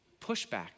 pushback